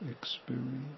experience